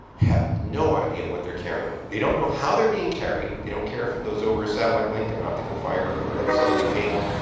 have no idea what they're carrying. they don't know how they're being carried. they don't care if it goes over a satellite link, an optical fiber, or submarine cable.